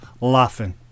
laughing